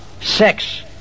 sex